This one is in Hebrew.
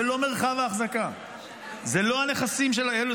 זה לא מרחב ההחזקה, זה לא הנכסים שלהם.